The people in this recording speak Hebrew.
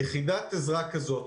יחידת עזרה כזאת,